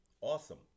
Awesome